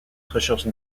recherche